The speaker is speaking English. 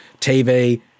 TV